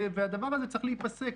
והדבר הזה צריך להיפסק,